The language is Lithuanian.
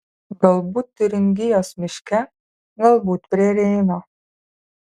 galbūt tiuringijos miške galbūt prie reino